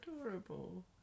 adorable